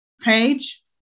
page